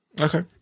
Okay